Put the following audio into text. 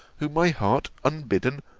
whom my heart, unbidden,